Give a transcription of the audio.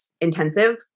intensive